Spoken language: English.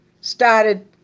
started